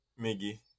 Miggy